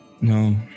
No